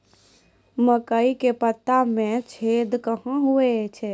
मकई के पत्ता मे छेदा कहना हु छ?